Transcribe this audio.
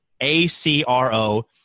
A-C-R-O